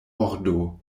ordo